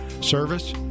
service